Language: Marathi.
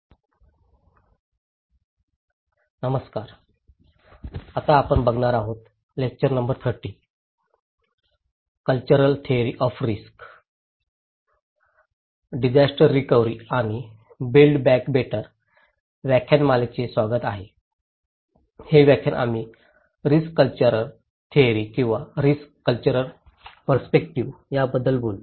सर्वांना नमस्कार डिसास्टर रिकव्हरीवरील आणि बिल्ड बॅक बेटर व्याख्यानमालेचे स्वागत आहे हे व्याख्यान आम्ही रिस्क कॅल्चरल थेअरी किंवा रिस्क कॅल्चरल पर्स्पेक्टिव्ह याबद्दल बोलू